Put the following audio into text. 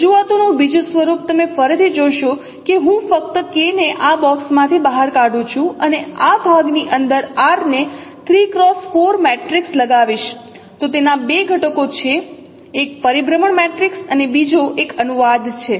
રજૂઆતોનું બીજું સ્વરૂપ તમે ફરીથી જોશો કે જો હું ફક્ત K ને આ બોક્સમાંથી બહાર કાઢું છું અને આ ભાગની અંદર R ને 3 x 4 મેટ્રિક્સ લગાવીશ તો તેના બે ઘટકો છે એક પરિભ્રમણ મેટ્રિક્સ અને બીજો એક અનુવાદ છે